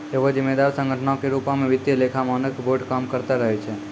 एगो जिम्मेवार संगठनो के रुपो मे वित्तीय लेखा मानक बोर्ड काम करते रहै छै